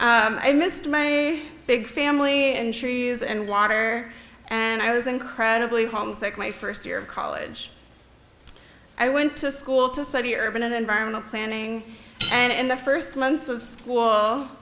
i missed my big family and trees and water and i was incredibly homesick my first year of college i went to school to study urban environment planning and in the first months of school